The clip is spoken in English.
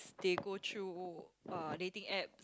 they go through uh dating apps